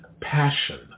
passion